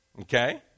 okay